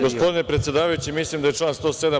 Gospodine predsedavajući, mislim da je član 107.